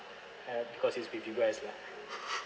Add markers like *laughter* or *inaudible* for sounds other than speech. uh because it's with you guys lah *laughs*